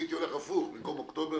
אני הייתי הולך הפוך במקום אוקטובר,